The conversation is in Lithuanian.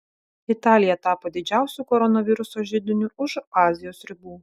italija tapo didžiausiu koronaviruso židiniu už azijos ribų